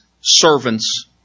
servants